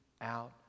out